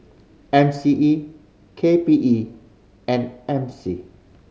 M C E K P E and M C